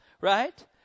Right